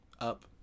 up